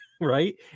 right